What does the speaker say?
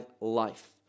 life